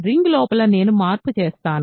ring లోపల నేను మార్పు చేస్తాను